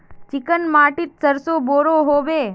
Chicken माटित सरसों बढ़ो होबे?